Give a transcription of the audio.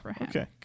okay